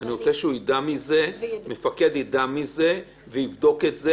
אני רוצה שמפקד יידע מזה ויבדוק את זה